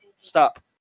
Stop